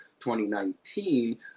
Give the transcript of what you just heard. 2019